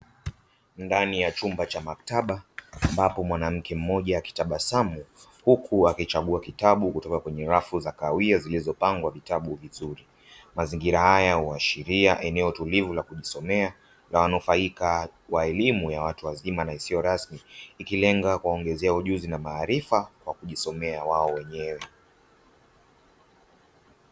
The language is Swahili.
Ndani ya chumba cha maktaba ambapo mwanamke mmoja akitabasamu uku amechagua kitabu kutoka kwenye rafu za kahawia zilizopangwa vitabu vizuri. Mazingira haya huashiria eneo tulivu la kujisomea la wanufaika wa elimu ya watu wazima isiyo rasmi, ikilenga kuwaongezea ujuzi na maarifa kwa kujisomea wao wenyewe.